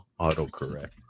autocorrect